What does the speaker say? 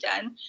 done